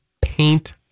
paint